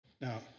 Now